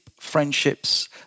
friendships